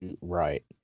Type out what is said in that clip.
Right